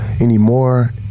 anymore